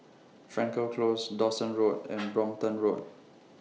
Frankel Close Dawson Road and Brompton Road